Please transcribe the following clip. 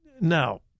Now